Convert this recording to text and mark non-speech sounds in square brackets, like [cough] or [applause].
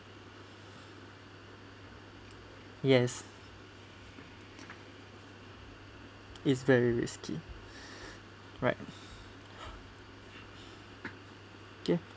yes is very risky [breath] right okay